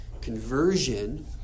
Conversion